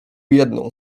jedną